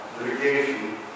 litigation